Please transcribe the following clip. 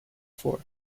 for